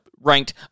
ranked